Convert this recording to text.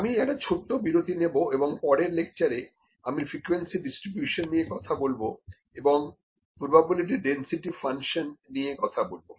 আমি একটা ছোট বিরতি নেবো এবং পরের লেকচারে আমি ফ্রিকোয়েন্সি ডিস্ট্রিবিউশন নিয়ে কথা বলবো এবং প্রোবাবিলিটি ডেন্সিটি ফাংশন নিয়ে কথা বলবো